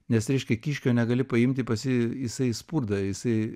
nes reiškia kiškio negali paimti pas jį jisai spurda jisai